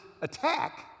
attack